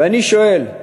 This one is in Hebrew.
ואני שואל,